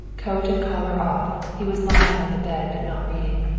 coat and collar off, he was lying on the bed, but not reading.